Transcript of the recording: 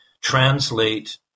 translate